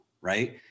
right